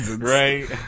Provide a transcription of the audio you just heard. right